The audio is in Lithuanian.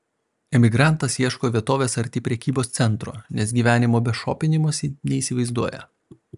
emigrantas ieško vietovės arti prekybos centro nes gyvenimo be šopinimosi neįsivaizduoja